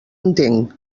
entenc